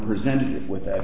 presented with that